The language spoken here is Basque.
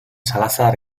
salazar